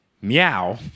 Meow